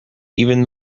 even